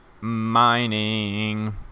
mining